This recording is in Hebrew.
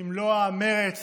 במלוא המרץ